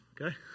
okay